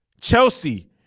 Chelsea